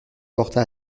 porta